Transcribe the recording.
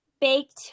baked